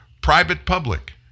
private-public